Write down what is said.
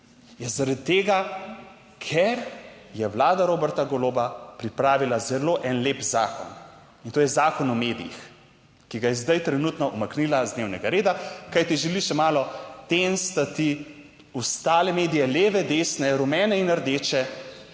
zaradi tega, ker je Vlada Roberta Goloba pripravila zelo en lep zakon in to je Zakon o medijih, ki ga je zdaj trenutno umaknila z dnevnega reda. Kajti želi še malo tenstati ostale medije, leve, desne, rumene in rdeče,